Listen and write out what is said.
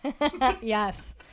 Yes